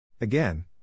Again